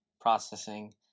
processing